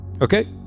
Okay